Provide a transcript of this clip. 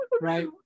right